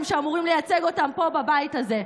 שאמורים לייצג אותם פה בבית הזה.